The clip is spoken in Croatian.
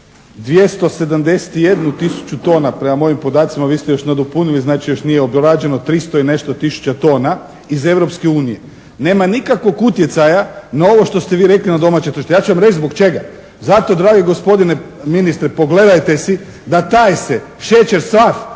271 tisuću tona, prema mojim podacima vi ste još nadopunili, znači još nije dorađeno 300 i nešto tisuća tona iz Europske unije. Nema nikakvog utjecaja na ovo što ste vi rekli na domaće tržište. Ja ću vam reći zbog čega. Zato, dragi gospodine ministre, pogledajte si da taj se šećer sav